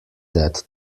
that